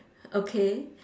okay